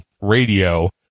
radio